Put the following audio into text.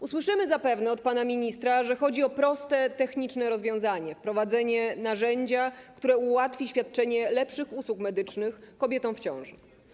Usłyszymy zapewne od pana ministra, że chodzi o proste, techniczne rozwiązanie, wprowadzenie narzędzia, które ułatwi świadczenie lepszych usług medycznych kobietom w ciąży.